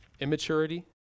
immaturity